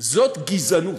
זאת גזענות.